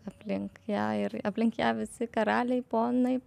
aplink ją ir aplink ją visi karaliai ponai